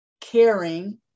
caring